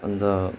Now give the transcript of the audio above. अन्त